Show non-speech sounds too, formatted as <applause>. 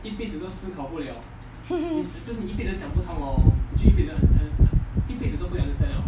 <laughs>